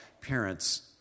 parents